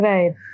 Right